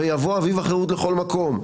ויביא אביב החירות לכל מקום.